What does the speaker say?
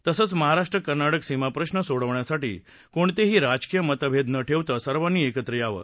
तसंच महाराष्ट्र कर्नाटक सीमाप्रश्न सोडवण्यासाठी कोणतेही राजकीय मतभेद न ठेवता सर्वांनी एकत्र यावं